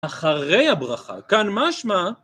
אחרי הברכה, כאן משמע